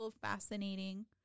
fascinating